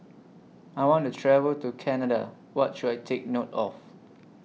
I want to travel to Canada What should I Take note of